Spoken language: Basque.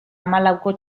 hamalauko